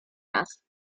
nas